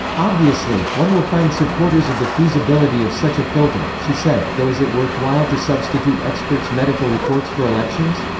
obviously, one will find supporters of the feasibility of such a filter, she said, though is it worthwhile to substitute experts' medical reports for elections?